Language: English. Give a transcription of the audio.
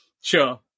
Sure